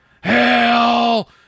hell